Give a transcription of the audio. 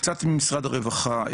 קצת ממשרד הרווחה,